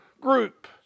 group